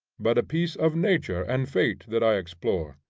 but a piece of nature and fate that i explore.